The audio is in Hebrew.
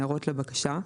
הערות לבקשה,